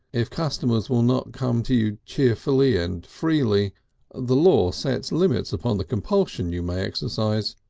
if customers will not come to you cheerfully and freely the law sets limits upon the compulsion you may exercise.